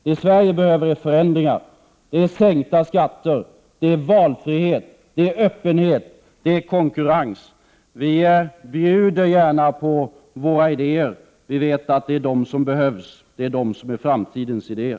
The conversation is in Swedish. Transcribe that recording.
I Sverige behöver vi förändringar: lägre skatter, valfrihet, öppenhet och konkurrens. Vi bjuder gärna på våra idéer. Vi vet att det är de som behövs, det är de som är framtidens idéer.